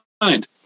mind